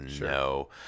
no